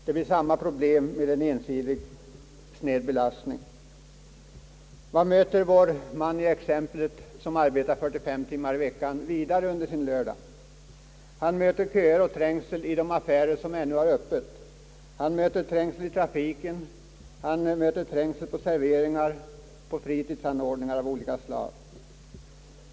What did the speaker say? Det blir samma problem med en ensidig, sned belastning. Vad möter vår man i exemplet, som arbetar 45 timmar i veckan, vidare under sin lördag? Han möter köer och trängsel i de affärer, som ännu har ÖPppet, han möter trängsel i trafiken, på serveringar och på fritidsanordningar av olika slag.